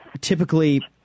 typically